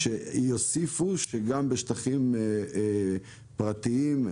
שיוסיפו שגם בשטחים פרטיים?